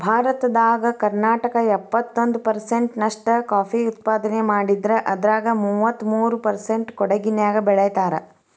ಭಾರತದಾಗ ಕರ್ನಾಟಕ ಎಪ್ಪತ್ತೊಂದ್ ಪರ್ಸೆಂಟ್ ನಷ್ಟ ಕಾಫಿ ಉತ್ಪಾದನೆ ಮಾಡಿದ್ರ ಅದ್ರಾಗ ಮೂವತ್ಮೂರು ಪರ್ಸೆಂಟ್ ಕೊಡಗಿನ್ಯಾಗ್ ಬೆಳೇತಾರ